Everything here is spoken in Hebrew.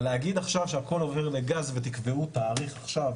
אבל להגיד עכשיו שהכול עובר לגז ותקבעו תאריך עכשיו,